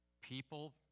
people